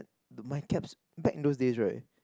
to my caps back in those days right